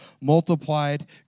multiplied